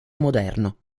moderno